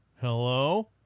Hello